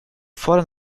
fordern